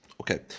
Okay